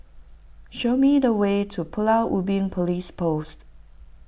show me the way to Pulau Ubin Police Post